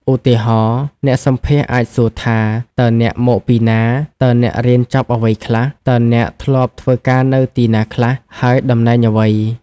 ឧទាហរណ៍ អ្នកសម្ភាសន៍អាចសួរថា "តើអ្នកមកពីណា?" "តើអ្នករៀនចប់អ្វីខ្លះ?" ឬ "តើអ្នកធ្លាប់ធ្វើការនៅទីណាខ្លះ ហើយតំណែងអ្វី?"។